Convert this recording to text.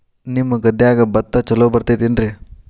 ನಿಮ್ಮ ಗದ್ಯಾಗ ಭತ್ತ ಛಲೋ ಬರ್ತೇತೇನ್ರಿ?